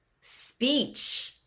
Speech